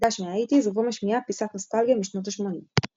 ד"ש מהאייטיז ובו משמיעה פיסת נוסטלגיה משנות השמונים.